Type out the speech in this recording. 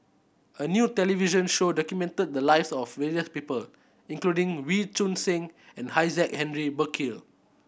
a new television show documented the lives of various people including Wee Choon Seng and Isaac Henry Burkill